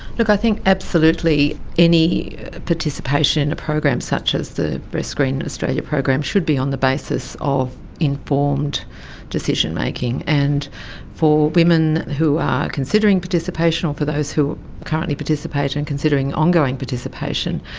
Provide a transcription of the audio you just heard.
look, i think absolutely any participation programs such as the breastscreen australia program should be on the basis of informed decision-making. and for women who are considering participation or for those who currently participate and are and considering ongoing participation,